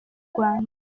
rwanda